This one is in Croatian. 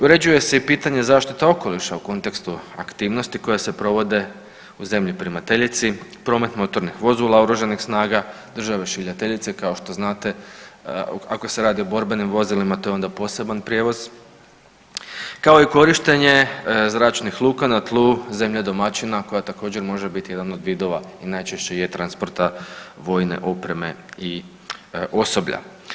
Uređuje se i pitanja zaštite okoliša u kontekstu aktivnosti koje se provode u zemlji primateljici, promet motornih vozila, OS-a države šaljiteljice, kao što znate, ako se radi o borbenim vozilima, to je onda poseban prijevoz, kao i korištenje zračnih luka na tlu zemlje domaćina koja također, može biti jedan od vidova i najčešće je, transporta vojne opreme i osoblja.